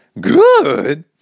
Good